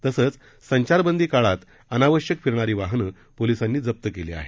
तसंच संचारबंदी काळात अनावश्यक फिरणारी वाहनं पोलिसांनी जप्त केली आहेत